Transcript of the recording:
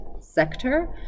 sector